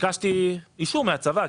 ביקשתי אישור מהצבא,